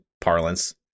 parlance